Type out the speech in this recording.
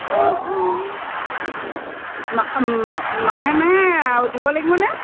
অ অ মাহে মাহে দিব লাগিবনে